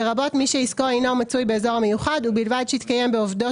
לרבות מי שעסקו אינו מצוי באזור המיוחד ובלבד שהתקיים בעובדו